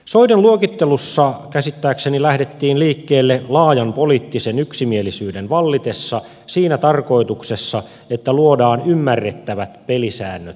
soiden luokittelussa käsittääkseni lähdettiin liikkeelle laajan poliittisen yksimielisyyden vallitessa siinä tarkoituksessa että luodaan ymmärrettävät pelisäännöt turvetuotannolle